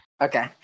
Okay